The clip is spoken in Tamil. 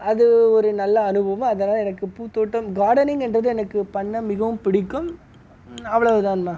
அது ஒரு நல்ல அனுபவம் அதனால் எனக்கு பூத்தோட்டம் கார்டனிங் என்பது எனக்கு பண்ண மிகவும் பிடிக்கும் அவ்வளவுதாண்ணா